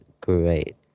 great